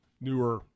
newer